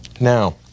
Now